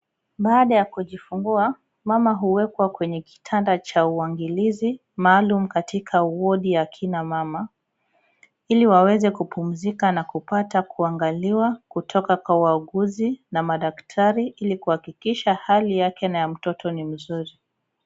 Baada ya kujifungua, mama huwekwa kwenye kitanda cha uangalizi maalum katika wadi ya kina mama, ili waweze kupumzika na kupata kuangalia kutoka kwa wauguzi na madaktari. Ili kuhakikisha hali yake na ya mtoto ni mzuri.